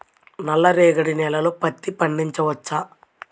నల్ల రేగడి నేలలో పత్తి పండించవచ్చా?